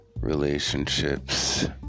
relationships